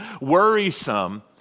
worrisome